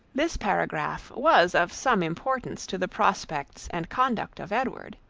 this paragraph was of some importance to the prospects and conduct of edward.